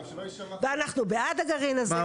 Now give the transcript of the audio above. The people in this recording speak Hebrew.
ואנחנו בעד הגרעין הזה,